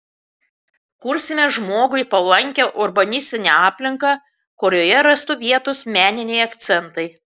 kursime žmogui palankią urbanistinę aplinką kurioje rastų vietos meniniai akcentai